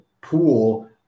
pool